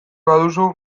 baduzu